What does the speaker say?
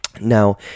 Now